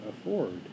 afford